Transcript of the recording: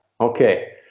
Okay